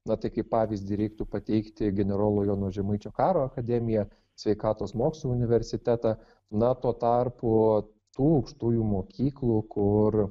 na tai kaip pavyzdį reiktų pateikti generolo jono žemaičio karo akademiją sveikatos mokslų universitetą na tuo tarpu tų aukštųjų mokyklų kur